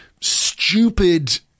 Stupid